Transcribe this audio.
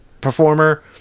performer